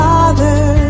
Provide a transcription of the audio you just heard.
Father